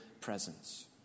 presence